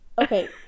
Okay